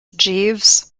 jeeves